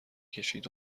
کشید